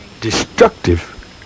destructive